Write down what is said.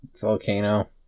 volcano